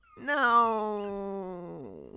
No